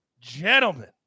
gentlemen